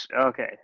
Okay